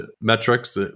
metrics